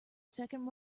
second